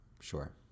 Sure